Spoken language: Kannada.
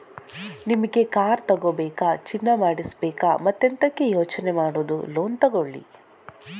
ನಿಮಿಗೆ ಕಾರ್ ತಗೋಬೇಕಾ, ಚಿನ್ನ ಮಾಡಿಸ್ಬೇಕಾ ಮತ್ತೆಂತಕೆ ಯೋಚನೆ ಮಾಡುದು ಲೋನ್ ತಗೊಳ್ಳಿ